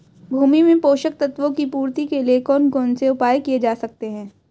भूमि में पोषक तत्वों की पूर्ति के लिए कौन कौन से उपाय किए जा सकते हैं?